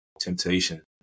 temptation